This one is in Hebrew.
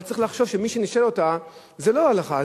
אבל צריך לחשוב שמי שנישל אותה זה לא ההלכה,